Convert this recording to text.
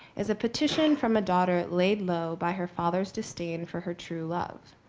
is a petition from a daughter laid low by her father's disdain for her true love.